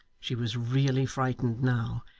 she was really frightened now,